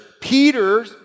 Peter